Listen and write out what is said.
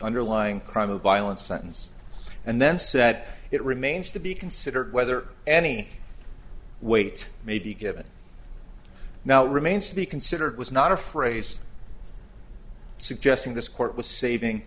underlying crime of violence sentence and then set it remains to be considered whether any weight may be given now remains to be considered was not a phrase suggesting this court was saving